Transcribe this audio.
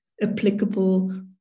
applicable